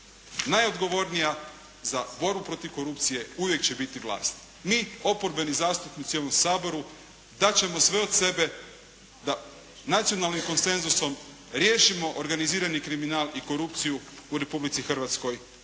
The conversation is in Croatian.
Najodgovornija za borbu protiv korupcije uvijek će biti vlast. Mi oporbeni zastupnici u ovom saboru dati ćemo sve od sebe da nacionalnim konsenzusom riješimo organizirani kriminal i korupciju u Republici Hrvatskoj,